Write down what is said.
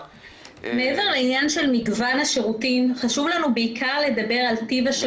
מעבר לעניין של מגוון השירותים חשוב לנו בעיקר לדבר על טיב השירות.